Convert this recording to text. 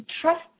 trust